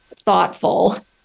thoughtful